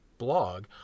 blog